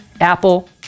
Apple